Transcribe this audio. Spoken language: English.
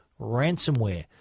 ransomware